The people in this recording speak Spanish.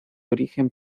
origen